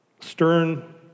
stern